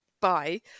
bye